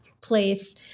place